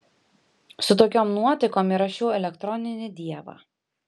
su tokiom nuotaikom įrašiau elektroninį dievą